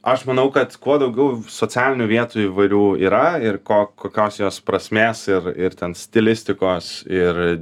aš manau kad kuo daugiau socialinių vietų įvairių yra ir ko kokios jos prasmės ir ir ten stilistikos ir